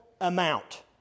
amount